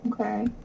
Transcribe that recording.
okay